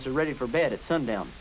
us are ready for bed at sundown